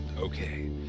Okay